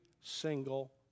single